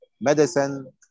medicine